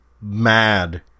mad